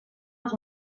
als